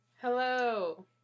Hello